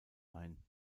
ein